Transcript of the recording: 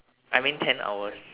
I mean ten hours